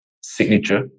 signature